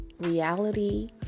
reality